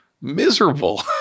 miserable